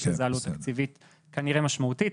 יש לזה עלות תקציבית כנראה משמעותית.